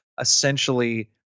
essentially